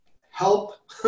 help